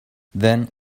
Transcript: then